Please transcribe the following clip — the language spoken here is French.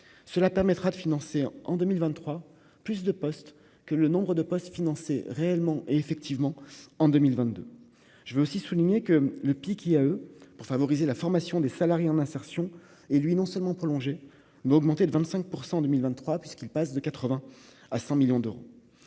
cela permettra de financer en 2023, plus de postes que le nombre de postes financés réellement et effectivement en 2022 je veux aussi souligner que le pic a eux pour favoriser la formation des salariés en insertion et lui non seulement prolongé mais augmenté de 25 % en 2023 puisqu'il passe de 80 à 100 millions d'euros,